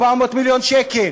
400 מיליון שקל,